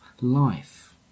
life